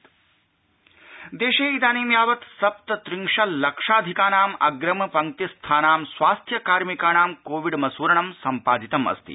COVID मसूरणम् देशे इदानीं यावत् सप्त त्रिंशल्लक्षाधिकानाम् अग्रिम पंक्तिस्थानां स्वास्थ्य कार्मिकाणां कोविड् मसूरणं सम्पादितमस्ति